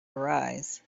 arise